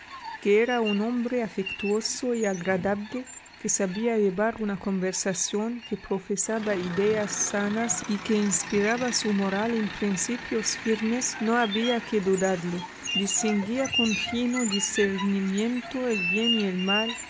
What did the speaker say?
que era un hombre afectuoso y agradable que sabía llevar una conversación que profesaba ideas sanas y que inspiraba su moral en principios firmes no había que dudarlo distinguía con fino discernimiento el bien y el mal